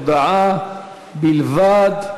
הודעה בלבד,